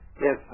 Yes